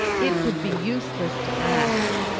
it would be useless to ask,